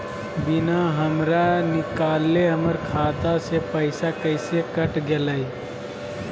बिना हमरा निकालले, हमर खाता से पैसा कैसे कट गेलई?